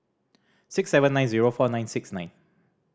six seven nine zero four nine six nine